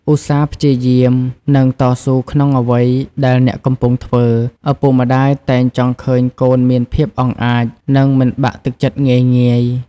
ឧស្សាហ៍ព្យាយាម និងតស៊ូក្នុងអ្វីដែលអ្នកកំពុងធ្វើ ឪពុកម្ដាយតែងចង់ឃើញកូនមានភាពអង់អាច និងមិនបាក់ទឹកចិត្តងាយៗ។